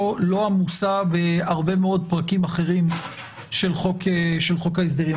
לא עמוסה בהרבה מאוד פרקים אחרים של חוק ההסדרים.